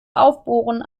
aufbohren